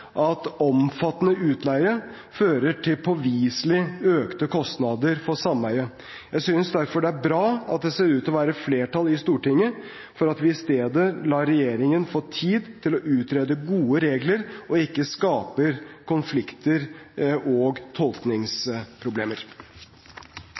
at omfattende utleie fører til økte kostnader for sameiet. Jeg synes derfor det er bra at det ser ut til å være flertall i Stortinget for at vi i stedet lar regjeringen få tid til å utrede gode regler, og ikke skaper konflikter og